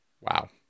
Wow